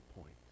point